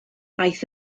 aeth